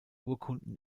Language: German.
urkunden